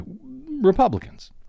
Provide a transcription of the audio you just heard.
Republicans